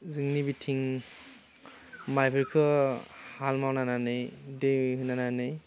जोंनि बिथिं मायफोरखौ हाल मावनानै दै होनानै